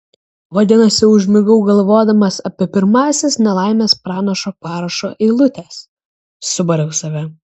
vadinasi užmigau galvodamas apie pirmąsias nelaimės pranašo parašo eilutes subariau save